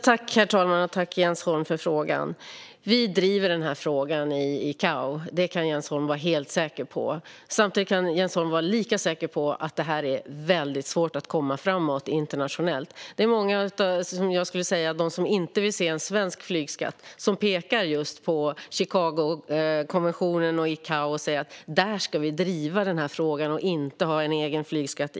Herr talman! Tack för frågan, Jens Holm! Vi driver den här frågan i ICAO; det kan Jens Holm vara helt säker på. Jens Holm kan dock vara lika säker på att det är väldigt svårt att komma framåt internationellt. Jag skulle säga att det är många av dem som inte vill se en svensk flygskatt som pekar på just Chicagokonventionen och ICAO och säger att frågan ska drivas där i stället för att Sverige ska ha en egen flygskatt.